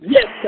Yes